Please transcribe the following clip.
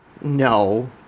No